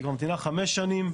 היא כבר ממתינה חמש שנים,